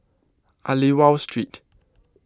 Aliwal Street